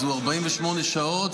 אז הוא 48 שעות,